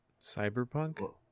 Cyberpunk